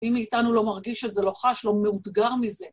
מי מאיתנו לא מרגיש את זה, לא חש, לא מאותגר מזה.